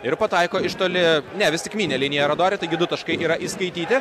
ir pataiko iš toli ne vis tiek mynė liniją radori taigi du taškai yra įskaityti